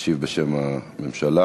ישיב בשם הממשלה.